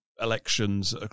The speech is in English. elections